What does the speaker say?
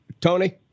Tony